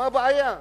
מה הבעיה?